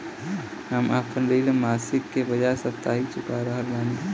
हम आपन ऋण मासिक के बजाय साप्ताहिक चुका रहल बानी